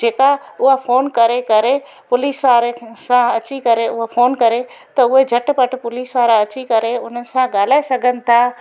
जेका उहा फ़ोन करे करे पुलिस वारे सां अची करे उहा फ़ोन करे त उहे झटिपटि पुलिस वारा अची करे हुन सां ॻाल्हाए सघनि था